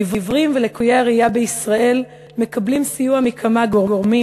העיוורים ולקויי הראייה בישראל מקבלים סיוע מכמה גורמים,